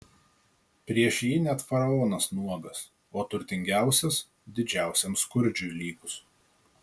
prieš jį net faraonas nuogas o turtingiausias didžiausiam skurdžiui lygus